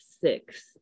six